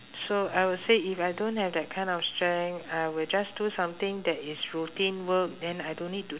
so I would say if I don't have that kind of strength I will just do something that is routine work then I don't need to